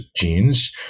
genes